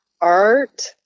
art